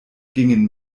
gingen